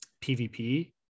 PvP